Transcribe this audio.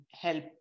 help